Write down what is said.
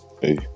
Hey